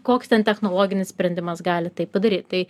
koks ten technologinis sprendimas gali tai padaryt tai